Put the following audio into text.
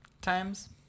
times